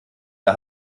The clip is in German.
der